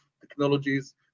technologies